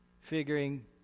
figuring